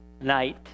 night